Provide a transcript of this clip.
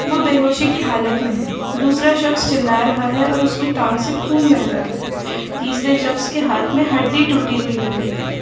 وہ بےہوشی کی حالت میں ہے دوسرا شخص چلا رہا ہے اور اس کی ٹانگ سے خون بہہ رہا ہے تیسرے شخص کے ہاتھ میں ہڈی ٹوٹی ہوئی لگ رہی ہے